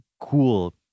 cool